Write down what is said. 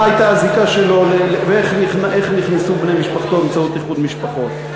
מה הייתה הזיקה שלו ואיך נכנסו בני משפחתו באמצעות איחוד משפחות.